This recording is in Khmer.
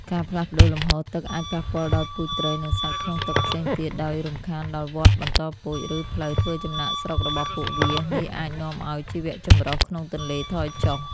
ការផ្លាស់ប្តូរលំហូរទឹកអាចប៉ះពាល់ដល់ពូជត្រី និងសត្វក្នុងទឹកផ្សេងទៀត ដោយរំខានដល់វដ្តបន្តពូជ ឬផ្លូវធ្វើចំណាកស្រុករបស់ពួកវា នេះអាចនាំឲ្យជីវៈចម្រុះក្នុងទន្លេថយចុះ។